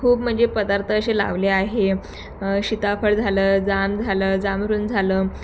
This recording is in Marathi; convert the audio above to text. खूप म्हणजे पदार्थ असे लावले आहे सीताफळ झालं जाम झालं जांमरून झालं